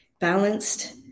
balanced